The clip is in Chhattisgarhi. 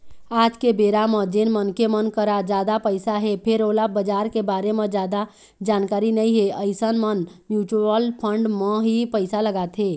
आज के बेरा म जेन मनखे मन करा जादा पइसा हे फेर ओला बजार के बारे म जादा जानकारी नइ हे अइसन मन म्युचुअल फंड म ही पइसा लगाथे